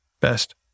Best